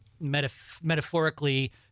metaphorically